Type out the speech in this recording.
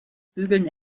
bügeln